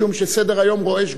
משום שסדר-היום רועש,